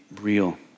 real